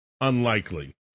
Unlikely